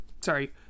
sorry